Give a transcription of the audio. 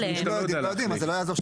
אם לא יודעים, לא יודעים.